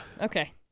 Okay